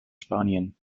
spanien